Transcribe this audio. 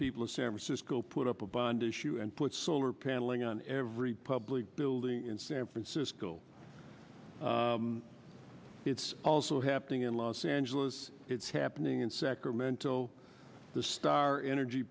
people of san francisco put up a bond issue and put solar panel ing on every public building in san francisco it's also happening in los angeles it's happening in sacramento the star energy